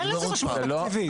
אין לזה משמעות תקציבית.